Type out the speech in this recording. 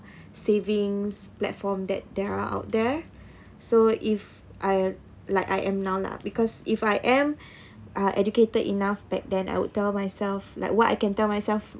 savings platform that there are out there so if I like I am now lah because if I am are educated enough back then I would tell myself like what I can tell myself